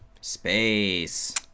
Space